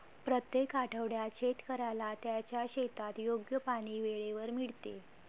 प्रत्येक आठवड्यात शेतकऱ्याला त्याच्या शेतात योग्य पाणी वेळेवर मिळते